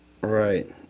Right